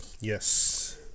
Yes